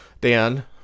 dan